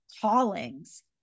callings